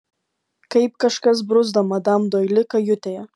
kaip kažkas bruzda madam doili kajutėje